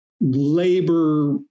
labor